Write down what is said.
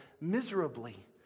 miserably